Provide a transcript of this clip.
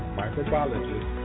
microbiologist